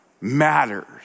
matters